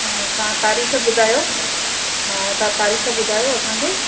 ऐं तव्हां तारीख़ ॿुधायो हा तव्हां तारीख़ ॿुधायो असांखे